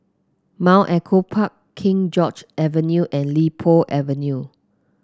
Mount Echo Park King George Avenue and Li Po Avenue